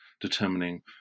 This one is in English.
determining